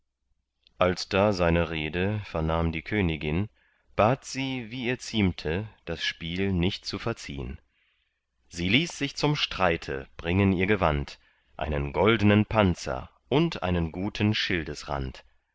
als da seine rede vernahm die königin bat sie wie ihr ziemte das spiel nicht zu verziehn sie ließ sich zum streite bringen ihr gewand einen goldnen panzer und einen guten schildesrand